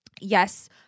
yes